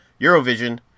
Eurovision